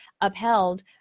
upheld